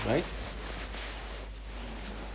right